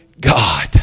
God